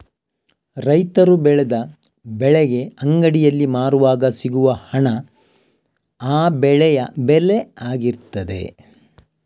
ರೈತರು ಬೆಳೆದ ಬೆಳೆಗೆ ಅಂಗಡಿಯಲ್ಲಿ ಮಾರುವಾಗ ಸಿಗುವ ಹಣ ಆ ಬೆಳೆಯ ಬೆಲೆ ಆಗಿರ್ತದೆ